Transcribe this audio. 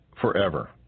forever